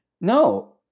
No